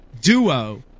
duo